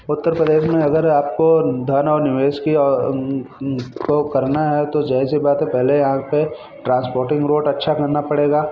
उत्तर प्रदेश में अगर आपको धन और निवेश की औ को करना है तो ज़ाहिर सी बात है पहले यहाँ पर ट्रांसपोर्टिंग रोड अच्छा करना पड़ेगा